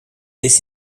this